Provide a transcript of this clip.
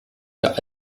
der